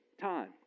time